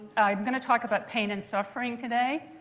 i'm going to talk about pain and suffering today.